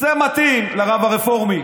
זה מתאים לרב הרפורמי,